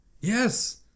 Yes